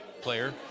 player